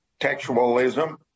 textualism